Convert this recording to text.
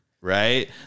right